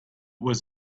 was